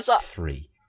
three